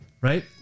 Right